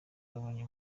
yabonye